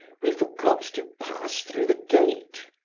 we forgot to pass through the gate.